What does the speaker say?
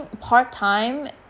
part-time